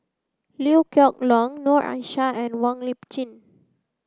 Liew Geok Leong Noor Aishah and Wong Lip Chin